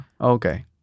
Okay